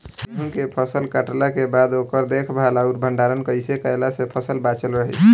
गेंहू के फसल कटला के बाद ओकर देखभाल आउर भंडारण कइसे कैला से फसल बाचल रही?